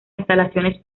instalaciones